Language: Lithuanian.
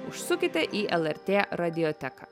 užsukite į lrt radioteką